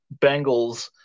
Bengals